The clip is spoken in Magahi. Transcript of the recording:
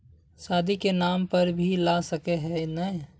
शादी के नाम पर भी ला सके है नय?